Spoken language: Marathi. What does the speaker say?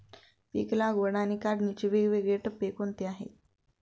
पीक लागवड आणि काढणीचे वेगवेगळे टप्पे कोणते आहेत?